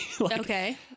Okay